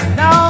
no